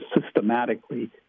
systematically—